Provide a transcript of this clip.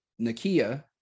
Nakia